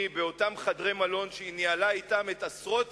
באותם חדרי מלון שבהם היא ניהלה אתם את עשרות